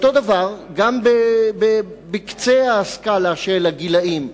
אותו דבר גם בקצה הסקאלה של הגילים.